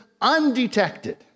undetected